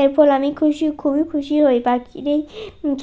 এর ফলে আমি খুশি খুবই খুশি হই পাখির এই